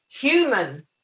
human